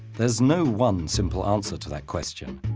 there's no one simple answer to that question,